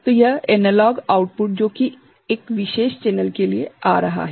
तो यह analog output जो कि एक विशेष चैनल के लिए आ रहा है